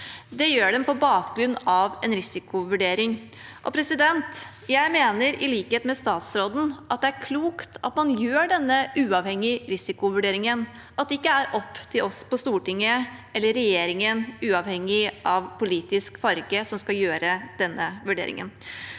Det gjør de på bakgrunn av en risikovurdering. Jeg mener, i likhet med statsråden, det er klokt at man gjør denne uavhengige risikovurderingen, at det ikke er opp til oss på Stortinget eller regjeringen, uavhengig av politisk farge, å gjøre denne vurderingen.